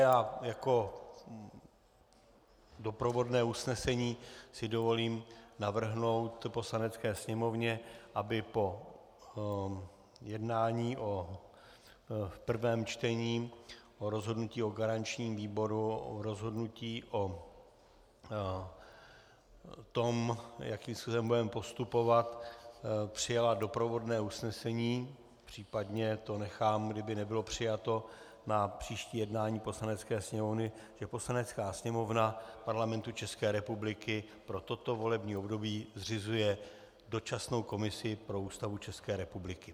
A jako doprovodné usnesení si dovolím navrhnout Poslanecké sněmovně, aby po jednání v prvém čtení o rozhodnutí o garančním výboru, o rozhodnutí o tom, jakým způsobem budeme postupovat, přijala doprovodné usnesení, případně to nechám, kdyby nebylo přijato, na příští jednání Poslanecké sněmovny, že Poslanecká sněmovna Parlamentu České republiky pro toto volební období zřizuje dočasnou komisi pro Ústavu České republiky.